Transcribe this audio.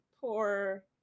Poor